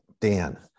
Dan